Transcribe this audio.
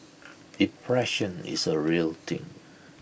depression is A real thing